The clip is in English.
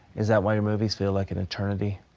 is that why your movies feel like an eternity?